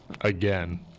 again